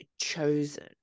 chosen